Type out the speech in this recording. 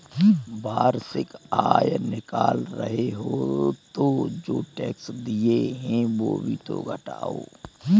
वार्षिक आय निकाल रहे हो तो जो टैक्स दिए हैं वो भी तो घटाओ